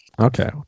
Okay